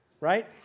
Right